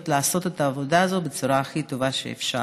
לעשות את העבודה הזאת בצורה הכי טובה שאפשר.